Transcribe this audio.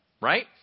right